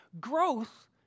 growth